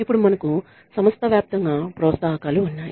ఇప్పుడు మనకు సంస్థ వ్యాప్తంగా ప్రోత్సాహకాలు ఉన్నాయి